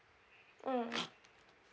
mm